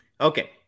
okay